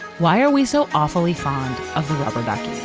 why are we so awfully fond of the rubber duck?